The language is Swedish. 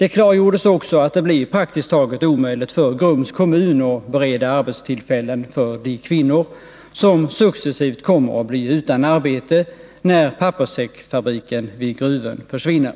Det klargjordes också att det blir praktiskt taget omöjligt för Grums kommun att bereda arbetstillfällen för de kvinnor som successivt kommer att bli utan arbete när papperssäcksfabriken vid Gruvön försvinner.